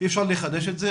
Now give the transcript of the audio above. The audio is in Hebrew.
אי אפשר לחדש את זה,